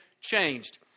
changed